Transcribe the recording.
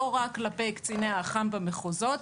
לא רק כלפי קציני האח"מ במחוזות,